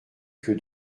que